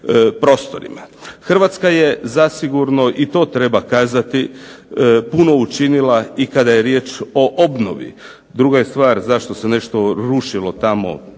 Hrvatska je zasigurno i to treba kazati puno učinila i kada je riječ o obnovi. Druga je stvar zašto se nešto rušilo tamo